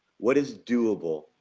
what is doable?